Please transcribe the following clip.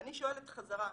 ואני שואלת חזרה,